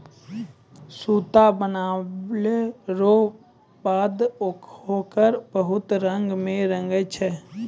सूता बनलो रो बाद होकरा बहुत रंग मे रंगै छै